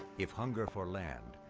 if hunger for land,